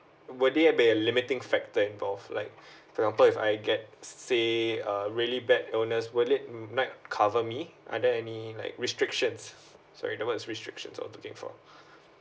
will there be a limiting factor involve like for example if I get say uh really bad illness will they might cover me are there any like restrictions sorry the word is restriction I looking for